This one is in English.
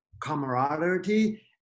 camaraderie